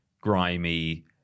grimy